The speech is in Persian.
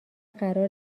قرار